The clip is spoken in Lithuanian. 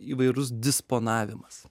įvairus disponavimas